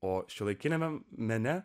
o šiuolaikiniame mene